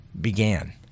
began